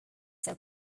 saw